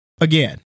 Again